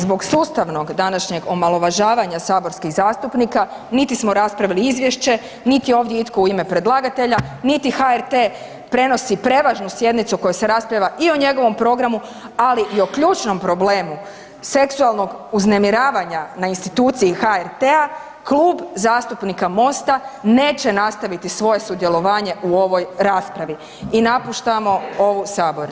Zbog sustavnog današnjeg omalovažavanja saborskih zastupnika niti smo raspravili izvješće, niti ovdje itko u ime predlagatelja, niti HRT prenosi prevažnu sjednicu na kojoj se raspravlja i o njegovom programu, ali i o ključnom problemu seksualnog uznemiravanja na instituciji HRT-a Klub zastupnika MOST-a neće nastaviti svoje sudjelovanje u ovoj raspravi i napuštamo ovu sabornicu.